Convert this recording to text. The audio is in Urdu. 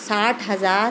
ساٹھ ہزار